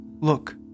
Look